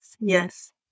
Yes